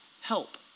help